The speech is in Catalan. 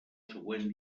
següent